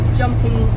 jumping